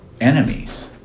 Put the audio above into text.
enemies